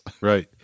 right